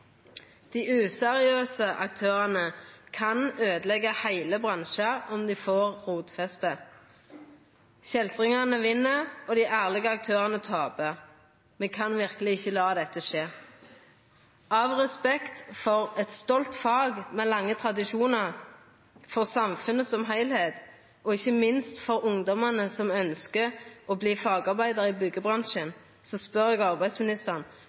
Dei useriøse aktørane kan øydeleggja heile bransjen om dei får rotfeste. Kjeltringane vinn, og dei ærlege aktørane taper. Me kan verkeleg ikkje la dette skje. Av respekt for eit stolt fag med lange tradisjonar, for samfunnet som heilskap og ikkje minst for ungdommane som ønskjer å bli fagarbeidarar i byggjebransjen, spør eg arbeidsministeren: